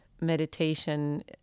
meditation